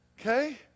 Okay